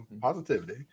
positivity